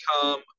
come